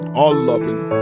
all-loving